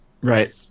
right